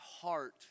heart